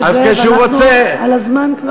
אנחנו על הזמן כבר,